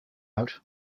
out